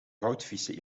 goudvissen